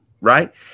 Right